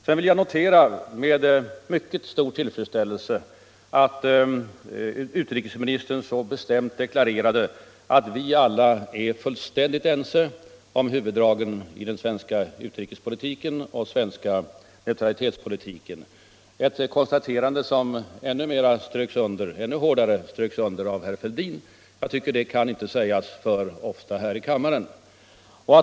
Sedan noterar jag med mycket stor tillfredsställelse att utrikesministern så bestämt deklarerade att vi alla är fullt ense om huvuddragen i den svenska utrikes och neutralitetspolitiken, ett konstaterande som ännu hårdare underströks av herr Fälldin. Jag tycker att det inte kan sägas för ofta här i kammaren.